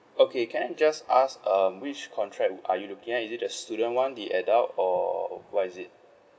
okay can I just ask um which contract are you looking at is it the student [one] the adult or what is it